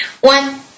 One